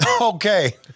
okay